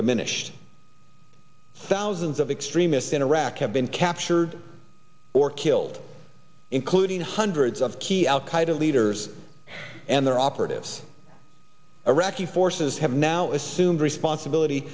diminished thousands of extremists in iraq have been captured or killed including hundreds of key al qaida leaders and their operatives iraqi forces have now assumed responsibility